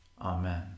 Amen